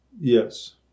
Yes